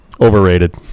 Overrated